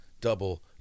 Double